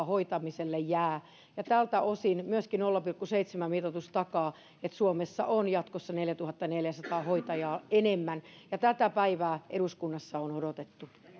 hoitamiselle jää tältä osin myöskin nolla pilkku seitsemän mitoitus takaa että suomessa on jatkossa neljätuhattaneljäsataa hoitajaa enemmän ja tätä päivää eduskunnassa on odotettu